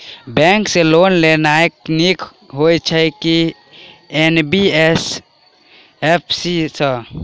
Bank सँ loan लेनाय नीक होइ छै आ की एन.बी.एफ.सी सँ?